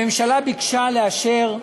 הממשלה ביקשה לאשר,